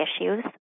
issues